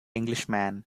englishman